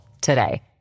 today